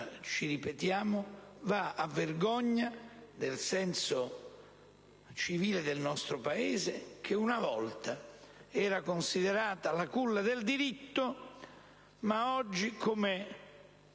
lo ripetiamo - va a vergogna del senso civile del nostro Paese, che una volta era considerato la culla del diritto, ma oggi, come